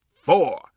four